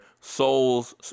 souls